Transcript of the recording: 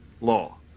law